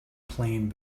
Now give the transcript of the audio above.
plain